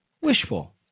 wishful